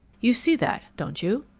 you see that, don't you?